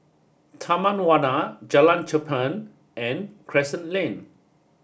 Taman Warna Jalan Cherpen and Crescent Lane